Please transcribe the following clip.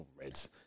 Red's